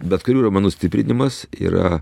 bet kurių raumenų stiprinimas yra